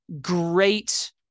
great